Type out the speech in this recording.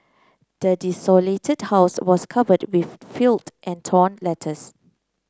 the desolated house was covered with filth and torn letters